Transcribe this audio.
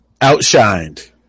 Outshined